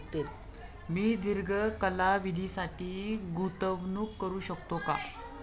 मी दीर्घ कालावधीसाठी गुंतवणूक करू शकते का?